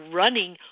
running